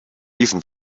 even